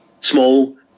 small